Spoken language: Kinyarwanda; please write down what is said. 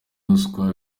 ruswa